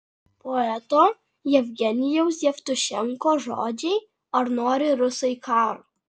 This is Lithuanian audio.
poeto jevgenijaus jevtušenkos žodžiai ar nori rusai karo